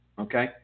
Okay